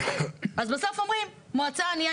אז בסוף אומרים מועצה ענייה,